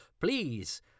please